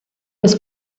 was